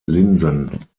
linsen